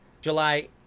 July